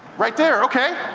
right there, okay.